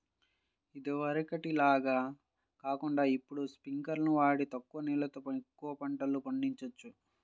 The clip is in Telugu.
ఇదివరకటి లాగా కాకుండా ఇప్పుడు స్పింకర్లును వాడి తక్కువ నీళ్ళతో ఎక్కువ పంటలు పండిచొచ్చు